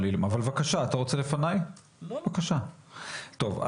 טוב,